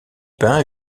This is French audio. pain